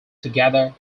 together